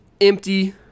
empty